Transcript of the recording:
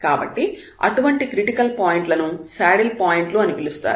కాబట్టి అటువంటి critical point లను శాడిల్ పాయింట్లు అని పిలుస్తారు